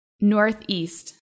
northeast